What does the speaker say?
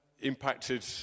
impacted